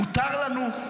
מותר לנו,